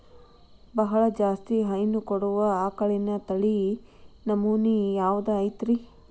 ಬಹಳ ಜಾಸ್ತಿ ಹೈನು ಕೊಡುವ ಆಕಳಿನ ತಳಿ ನಮೂನೆ ಯಾವ್ದ ಐತ್ರಿ?